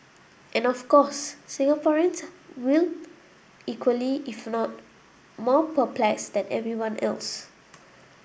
and of course Singaporeans were equally if not more perplexed than everyone else